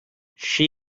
she